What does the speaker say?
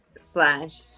slash